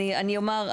לא?